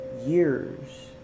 years